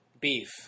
beef